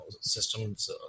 systems